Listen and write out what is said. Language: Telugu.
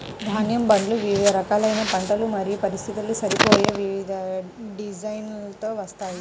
ధాన్యం బండ్లు వివిధ రకాలైన పంటలు మరియు పరిస్థితులకు సరిపోయే వివిధ డిజైన్లలో వస్తాయి